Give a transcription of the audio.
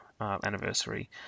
anniversary